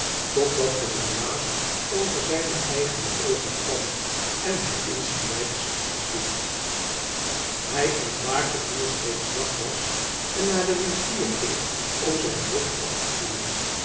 totdat er een waas over zijne eigene oogen kwam en hij insgelijks sliep hij ontwaakte toen het reeds dag was en naar de rivier ging om zijn hoofd af te koelen